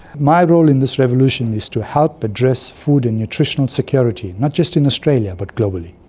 my role in this revolution is to help address food and nutritional security, not just in australia but globally.